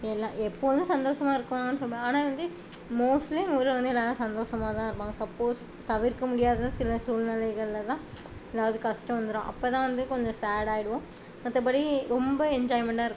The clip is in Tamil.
எல்லா எப்போதும் சந்தோஷமா இருக்குவாங்கலானு சொல்ல முடியாது ஆனால் வந்து மோஸ்ட்லி எங்கள் ஊரில் வந்து எல்லோரும் சந்தோஷமா தான் இருப்பாங்க சப்போஸ் தவிர்க்க முடியாத சில சூழ்நிலைகள்ல தான் ஏதாவது கஷ்டம் வந்துடும் அப்போ தான் வந்து கொஞ்சம் சேடாயிடுவோம் மற்றபடி ரொம்ப என்ஜாய்மெண்ட்டாக இருக்கும்